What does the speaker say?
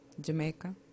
Jamaica